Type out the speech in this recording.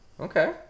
Okay